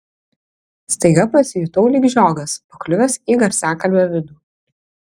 staiga pasijutau lyg žiogas pakliuvęs į garsiakalbio vidų